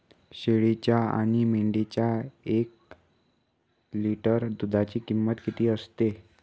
शेळीच्या आणि मेंढीच्या एक लिटर दूधाची किंमत किती असते?